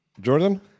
Jordan